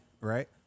right